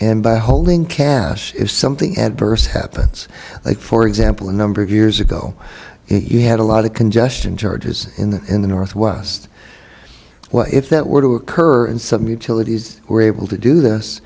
and by holding cash is something adverse happens like for example a number of years ago you had a lot of congestion charges in the in the northwest well if that were to occur and some utilities were able to do this